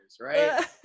right